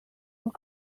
und